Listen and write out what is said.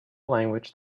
language